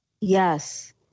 Yes